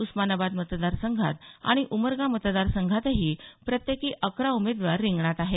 उस्मानाबाद मतदार संघात आणि उमरगा मतदारसंघातही प्रत्येकी अकरा उमेदवार रिंगणात आहेत